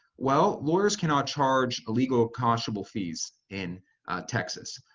well, lawyers cannot charge illegal or unconscionable fees in texas.